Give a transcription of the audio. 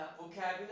vocabulary